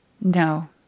No